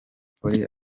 polly